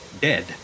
dead